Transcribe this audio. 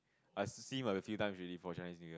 I see her a few times already for Chinese New Year